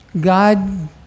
God